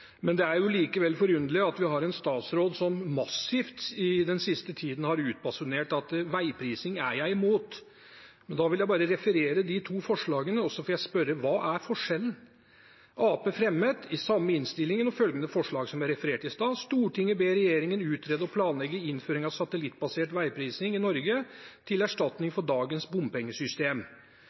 Men det er likevel forunderlig at vi har en statsråd som den siste tiden massivt har utbasunert at veiprising er han imot. Da vil jeg bare referere de to forslagene, og så får jeg spørre: Hva er forskjellen? Arbeiderpartiet fremmet i samme innstilling følgende forslag: «Stortinget ber regjeringen utrede og planlegge innføring av satellittbasert veiprising i Norge til erstatning for dagens bompengesystem.»